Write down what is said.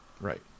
right